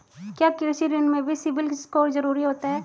क्या कृषि ऋण में भी सिबिल स्कोर जरूरी होता है?